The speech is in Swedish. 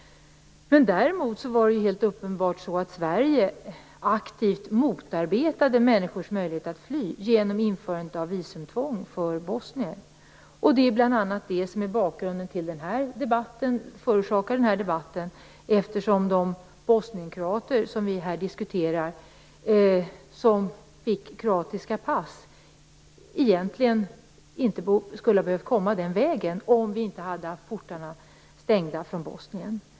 Däremot var det helt uppenbart på det sätt sättet att Sverige aktivt motarbetade människors möjlighet att fly genom införandet av visumtvång för bosnier. Det är bl.a. det som förorsakar den här debatten, eftersom de bosnienkroatier som vi här diskuterar och som fick kroatiska pass egentligen inte skulle ha behövt komma den vägen om vi inte hade haft portarna stängda från Bosnien.